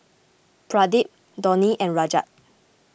Pradip Dhoni and Rajat